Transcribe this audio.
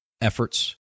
Efforts